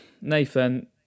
Nathan